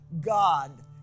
God